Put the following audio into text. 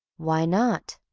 why not?